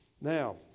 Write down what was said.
Now